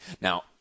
Now